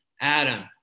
Adam